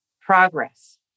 progress